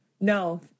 no